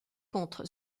contre